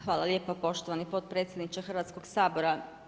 Hvala lijepo poštovani potpredsjedniče Hrvatskog sabora.